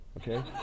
okay